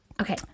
Okay